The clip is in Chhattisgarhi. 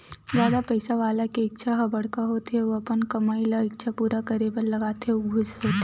जादा पइसा वाला के इच्छा ह बड़का होथे अउ अपन कमई ल इच्छा पूरा करे बर लगाथे अउ खुस होथे